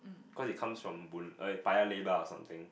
cause it comes from boon eh Paya Lebar or something